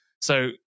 So-